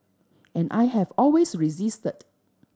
and I have always resisted